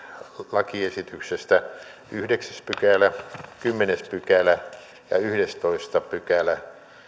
lakiesityksestä yhdeksäs pykälä kymmenes pykälä ja yhdestoista pykälä